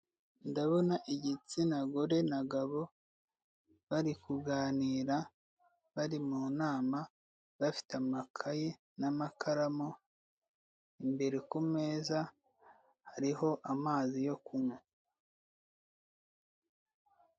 Ndabona igitsina gore na gabo bari kuganira bari mu nama bafite amakaye n'amakaramu imbere ku meza hariho amazi yo kunywa.